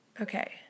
Okay